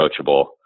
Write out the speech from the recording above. coachable